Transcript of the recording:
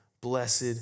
Blessed